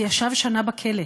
וישב שנה בכלא.